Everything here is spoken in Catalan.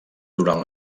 durant